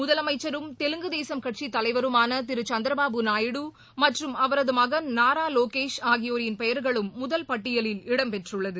முதலமைச்சரும் தெலுங்கு தேசம் கட்சிதலைவருமானதிருசந்திரபாபு நாயுடு மற்றும் அவரதுமகன் நாராவோகேஷ் ஆகியோரின் பெயர்களும் முதல் பட்டியலில் இடம்பெற்றுள்ளது